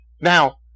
Now